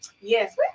Yes